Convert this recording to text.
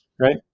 right